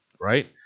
right